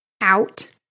out